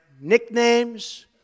nicknames